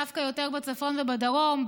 דווקא יותר בצפון ובדרום,